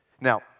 Now